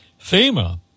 FEMA